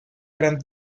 gran